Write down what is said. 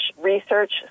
research